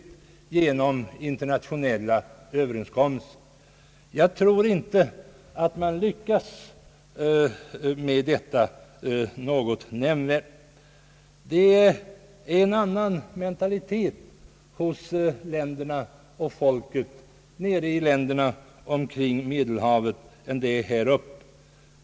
Jag tror inte man kommer att lyckas med detta i någon nämnvärd grad. Folken i länderna kring Medelhavet har en annan mentalitet än folken här uppe. Att klara av dessa bekymmer på internationellt plan är säkert inte möjligt.